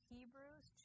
Hebrews